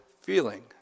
feeling